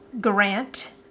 Grant